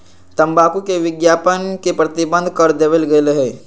तंबाकू के विज्ञापन के प्रतिबंध कर देवल गयले है